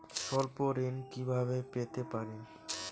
স্বল্প ঋণ কিভাবে পেতে পারি?